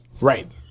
Right